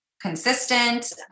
consistent